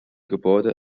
gebäude